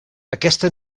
aquesta